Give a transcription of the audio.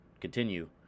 continue